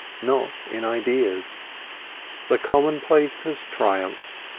not in ideas the commonplace has triumphed,